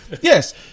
Yes